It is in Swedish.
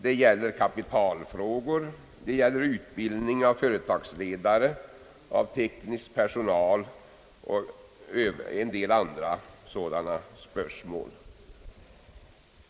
Det gäller kapitalfrågor, utbildning av företagsledare, teknisk personal o.s.v.